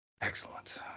Excellent